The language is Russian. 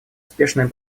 успешное